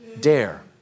dare